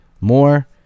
More